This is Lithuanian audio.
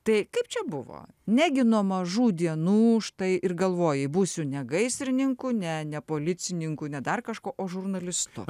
tai kaip čia buvo negi nuo mažų dienų štai ir galvojai būsiu ne gaisrininku ne ne policininku ne dar kažkuo o žurnalistu